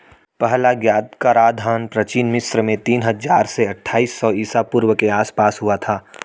पहला ज्ञात कराधान प्राचीन मिस्र में तीन हजार से अट्ठाईस सौ ईसा पूर्व के आसपास हुआ था